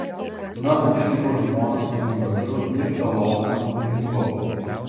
na užtiko žmoną su meilužiu ir tą lochą nugnybo